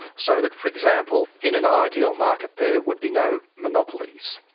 so that for example, in an ideal market, there would be no monopolies.